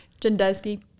Jendesky